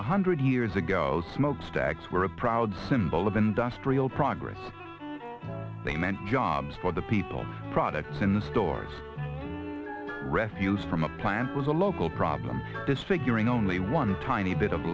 a hundred years ago smokestacks were a proud symbol of industrial progress they meant jobs for the people products in the stores refuse from a plant was a local problem disfiguring only one tiny bit of